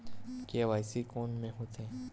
KYC कोन में होथे?